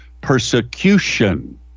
persecution